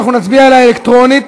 אנחנו נצביע עליה אלקטרונית.